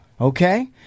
Okay